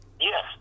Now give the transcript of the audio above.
Yes